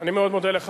אני מאוד מודה לך.